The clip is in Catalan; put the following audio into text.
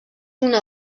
una